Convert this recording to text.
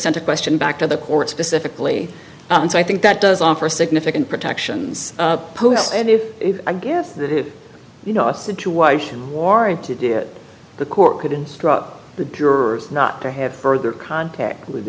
sent a question back to the court specifically and so i think that does offer a significant protections and if i guess that you know a situation warranted did the court could instruct the jurors not to have further contact with